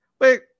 wait